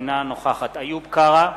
אינה נוכחת איוב קרא,